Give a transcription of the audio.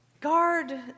Guard